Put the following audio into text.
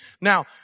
Now